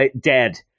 dead